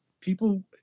people